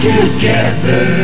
Together